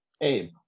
Abe